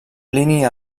plini